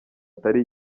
atari